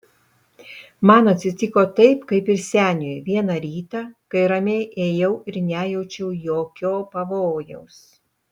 man atsitiko taip kaip ir seniui vieną rytą kai ramiai ėjau ir nejaučiau jokio pavojaus